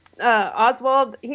Oswald